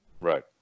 Right